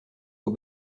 aux